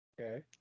Okay